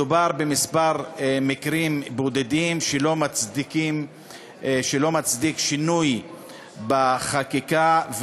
מדובר בכמה מקרים בודדים שאינם מצדיקים שינוי בחקיקה.